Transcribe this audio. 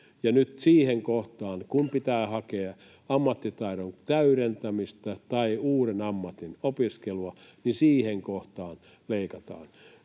Ja nyt kun pitää hakea ammattitaidon täydentämistä tai uuden ammatin opiskelua, niin siitä kohtaa leikataan